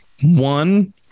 One